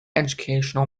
educational